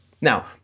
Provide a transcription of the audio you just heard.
Now